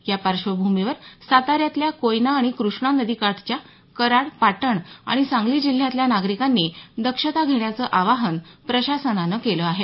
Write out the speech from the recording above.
या पार्श्वभूमीवर साताऱ्यातल्या कोयना आणि क्रष्णा नदीकाठच्या कराड पाटण आणि सांगली जिल्ह्यातल्या नागरिकांनी दक्षता घेण्याचं आवाहन प्रशासनानं केलं आहे